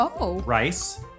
rice